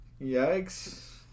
Yikes